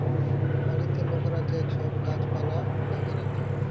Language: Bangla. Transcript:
বাড়িতে লকরা যে ছব গাহাচ পালা গুলাকে রাখ্যে